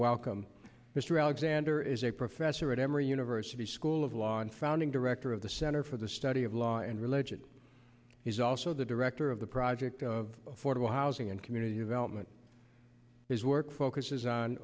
welcome mr alexander is a professor at emory university school of law and founding director of the center for the study of law and religion is also the director of the project of photo housing and community development his work focuses on